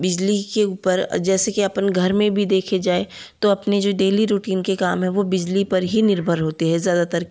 बिजली के ऊपर जैसे कि अपन घर में भी देखे जाए तो अपनी जो डेली रूटीन के काम हैं वह बिजली पर ही निर्भर होते हैं ज़्यादातर